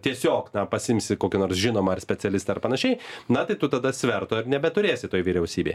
tiesiog na pasiimsi kokį nors žinomą ar specialistą ar panašiai na tai tu tada sverto ir nebeturėsi toj vyriausybėj